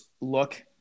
look